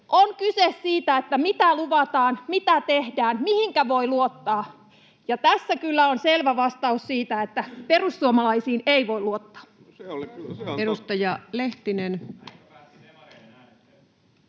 On kyse siitä, mitä luvataan, mitä tehdään, mihinkä voi luottaa, ja tässä kyllä on selvä vastaus, että perussuomalaisiin ei voi luottaa.